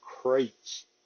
Crates